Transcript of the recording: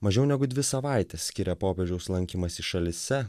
mažiau negu dvi savaitės skiria popiežiaus lankymąsi šalyse